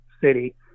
city